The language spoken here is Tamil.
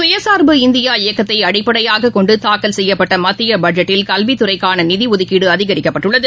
சுயசா்பு இந்தியா இயக்கத்தை அடிப்படையாகக் கொண்டு தாக்கல் செய்த மத்திய பட்ஜெட்டில் கல்வித்துறைக்கான நிதி ஒதுக்கீடு அதிகரிக்கப்பட்டுள்ளது